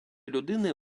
людини